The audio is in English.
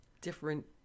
different